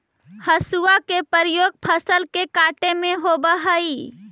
हसुआ के प्रयोग फसल के काटे में होवऽ हई